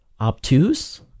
Obtuse